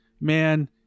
man